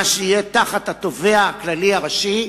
מה שיהיה תחת התובע הכללי הראשי,